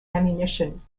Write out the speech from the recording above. ammunition